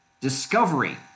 discovery